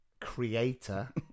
creator